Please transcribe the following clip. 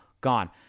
gone